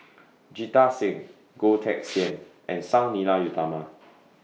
Jita Singh Goh Teck Sian and Sang Nila Utama